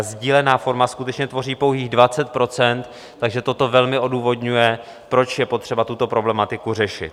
Sdílená forma skutečně tvoří pouhých 20 %, takže toto velmi odůvodňuje, proč je potřeba tuto problematiku řešit.